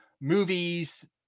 movies